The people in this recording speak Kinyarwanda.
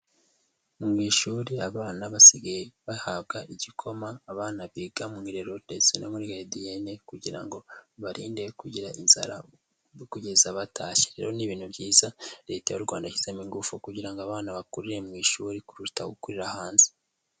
Mu ishuri abana basigaye bahabwa igikoma, abana biga mu irerero ndetse no muri garidiyene kugira ngo barinde kugira inzara kugeza batashye, rero ni ibintu byiza leta y'u Rwanda ishyizemo ingufu kugira ngo abana bakurire mui shuri, kuruta gukurira hanze.